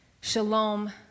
shalom